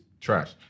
Trash